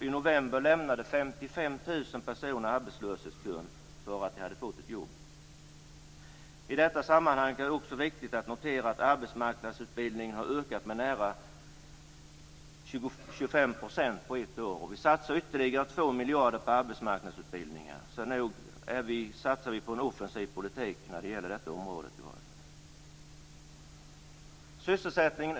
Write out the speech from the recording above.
I november lämnade 55 000 I detta sammanhang är det också viktigt att notera att arbetsmarknadsutbildningen har ökat med nära 25 % på ett år. Vi satsar ytterligare 2 miljarder på arbetsmarknadsutbildningar. Nog satsar vi på en offensiv politik på detta område.